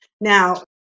Now